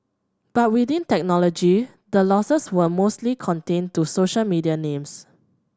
but within technology the losses were mostly contained to social media names